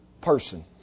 person